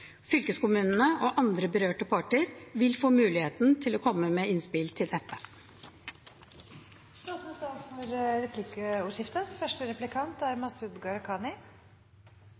Fylkeskommunene og andre berørte parter vil få mulighet til å komme med innspill til dette. Det blir replikkordskifte. Jeg håper at Fremskrittspartiet er